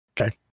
Okay